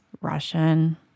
Russian